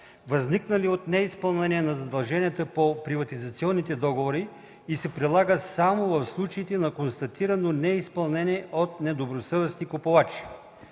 възникнали от неизпълнение на задълженията по приватизационните договори, и се прилага само в случаите на констатирано неизпълнение от недобросъвестни купувачи.